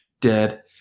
dead